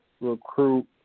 recruit